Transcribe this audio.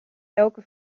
elke